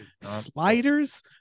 sliders